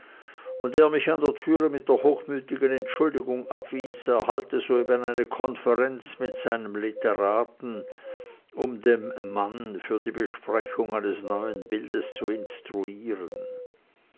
und er mich an der türe mit der hochmütigen entschuldigung abwies er halte soeben konferenz mit seinem literaten um den mann für die besprechung eines neuen bildes zu instruieren